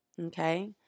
Okay